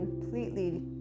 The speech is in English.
completely